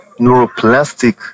neuroplastic